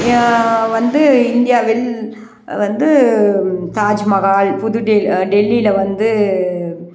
வந்து இந்தியாவில் வந்து தாஜ்மஹால் புது டெல்லியில் வந்து